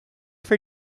for